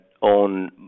on